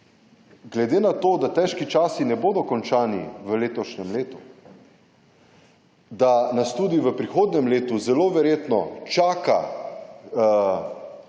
glede na to, da težki časi ne bodo končani v letošnjem letu, da nas tudi v prihodnjem letu zelo verjetno čakajo